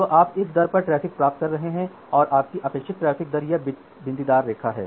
तो आप इस दर पर ट्रैफ़िक प्राप्त कर रहे हैं और आपकी अपेक्षित ट्रैफ़िक दर यह बिंदीदार रेखा है